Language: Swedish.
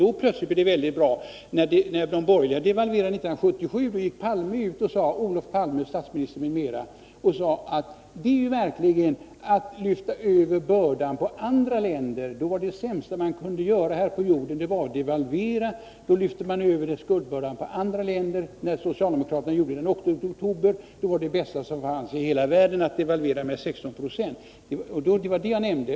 Då plötsligt blev det väldigt bra, men när de borgerliga devalverade 1977 gick Olof Palme, nu statsminister m.m., och sade att det verkligen var att lyfta över bördan på andra länder. Det sämsta man kunde göra här på jorden var att devalvera — då lyfte man över skuldbördan på andra länder. Men när socialdemokraterna den 8 oktober 1982 devalverade med 16 70 var en devalvering det bästa som fanns i hela världen. Det var det jag nämnde.